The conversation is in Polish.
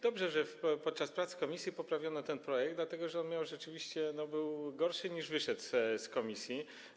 Dobrze, że podczas prac komisji poprawiono ten projekt, dlatego że rzeczywiście był gorszy, niż wyszedł z komisji.